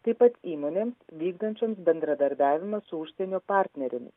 taip pat įmonėms vykdančioms bendradarbiavimą su užsienio partnerėmis